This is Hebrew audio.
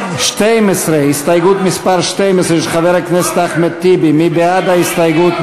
של חבר הכנסת גטאס: בעד ההסתייגות,